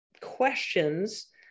questions